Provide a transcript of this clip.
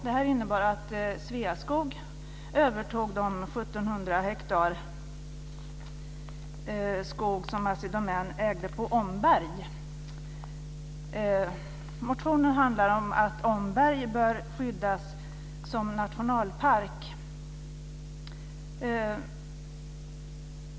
Det innebär att Sveaskog övertog de 1 700 hektar skog som Assi Domän ägde på Omberg. Motionen handlar om att Omberg bör skyddas som nationalpark.